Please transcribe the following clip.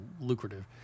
lucrative